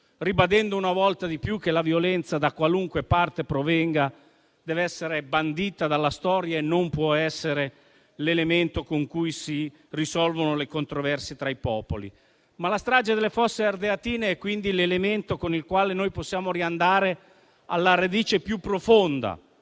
ribadendo una volta di più che la violenza, da qualunque parte provenga, deve essere bandita dalla storia e non può essere l'elemento con cui si risolvono le controversie tra i popoli. La strage delle Fosse Ardeatine è quindi l'elemento con il quale noi possiamo riandare alla radice più profonda